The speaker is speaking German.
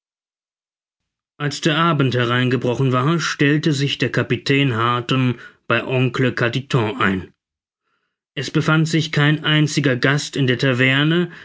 als der abend hereingebrochen war stellte sich der kapitän harton bei oncle carditon ein es befand sich kein einziger gast in der taverne